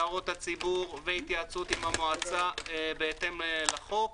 הערות הציבור והתייעצות עם המועצה בהתאם לחוק,